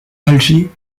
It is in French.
alger